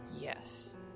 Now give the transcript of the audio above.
Yes